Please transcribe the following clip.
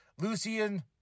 Lucian